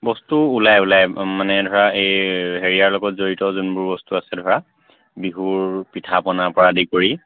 বস্তু ওলাই ওলাই মানে ধৰা এই হেৰিয়াৰ লগত জড়িত যোনবোৰ বস্তু আছে ধৰা বিহুৰ পিঠা পনাৰপৰা আদি কৰি